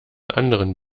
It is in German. anderen